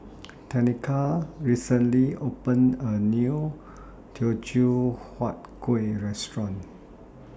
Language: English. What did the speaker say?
Tenika recently opened A New Teochew Huat Kuih Restaurant